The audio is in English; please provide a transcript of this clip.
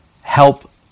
help